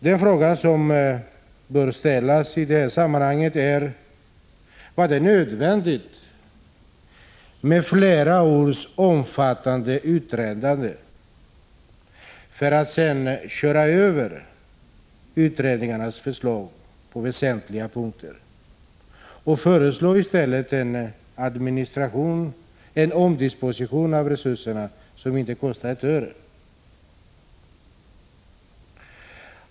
Den fråga som bör ställas i detta sammanhang är: Var det nödvändigt med flera års omfattande utredningsarbete, när man sedan kör över utredningarnas förslag på väsentliga punkter och i stället föreslår en administration och en omdisponering av resurserna som inte kostar ett öre?